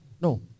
No